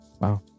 Wow